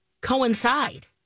coincide